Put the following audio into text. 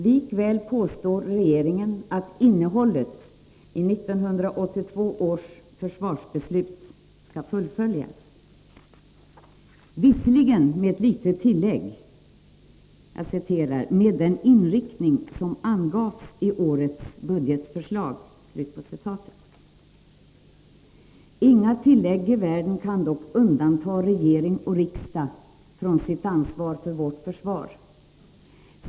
Likväl påstår regeringen att innehållet i 1982 års försvarsbeslut skall fullföljas, visserligen med ett litet tillägg: ”med den inriktning som angavs i årets budgetförslag”. Inga tillägg i världen kan dock undanta regering och riksdag från sitt ansvar för vårt försvar.